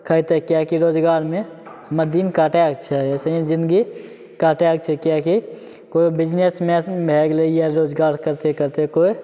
खयतै किएकि रोजगारमे हमरा दिन काटेके छै ऐसे ही जिन्दगी काटेके छै किएकि कोइ बिजनेसमे भए गेलै या रोजगार करते करते कोइ